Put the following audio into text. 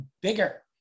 bigger